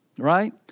right